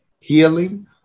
healing